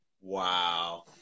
Wow